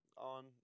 on